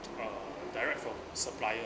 uh direct from supplier